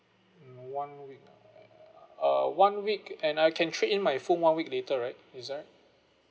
hmm one week uh one week and uh can trade in my phone one week later right is that right